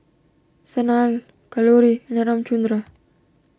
Sanal Kalluri and Ramchundra